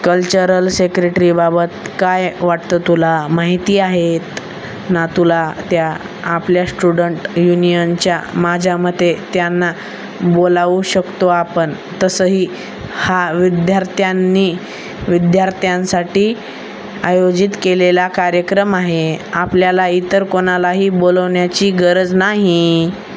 cultural सेक्रेट्रीबाबत काय वाटतं तुला माहिती आहेत ना तुला त्या आपल्या स्टुडंट युनियनच्या माझ्यामते त्यांना बोलावू शकतो आपण तसंही हा विद्यार्थ्यांनी विद्यार्थ्यांसाठी आयोजित केलेला कार्यक्रम आहे आपल्याला इतर कोणालाही बोलवण्याची गरज नाही